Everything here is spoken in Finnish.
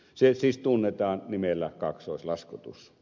se siis tunnetaan nimellä kaksoislaskutus